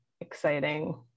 exciting